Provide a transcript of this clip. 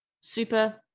super